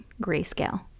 grayscale